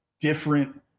different